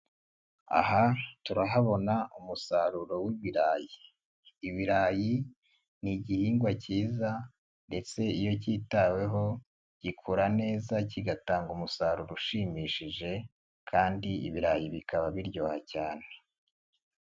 Aha turahabona umusaruro w'ibirayi, ibirayi ni igihingwa cyiza ndetse iyo kitaweho, gikura neza kigatanga umusaruro ushimishije kandi ibirayi bikaba biryoha cyane.